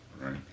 right